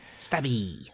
Stabby